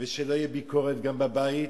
ושלא תהיה ביקורת גם בבית,